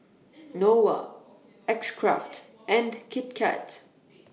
Nova X Craft and Kit Kat